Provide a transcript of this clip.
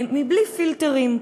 בלי פילטרים,